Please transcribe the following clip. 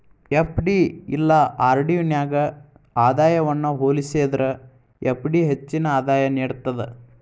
FD ಇಲ್ಲಾ RD ನ್ಯಾಗ ಆದಾಯವನ್ನ ಹೋಲಿಸೇದ್ರ ಎಫ್.ಡಿ ಹೆಚ್ಚಿನ ಆದಾಯ ನೇಡ್ತದ